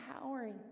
empowering